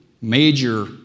major